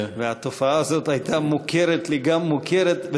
והתופעה הזאת הייתה מוכרת לי גם מוכרת,